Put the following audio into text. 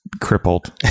crippled